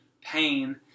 pain